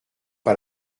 pas